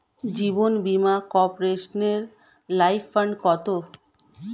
জীবন বীমা কর্পোরেশনের life fund কত?